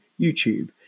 YouTube